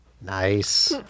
Nice